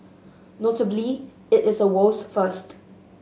notably it is a world's first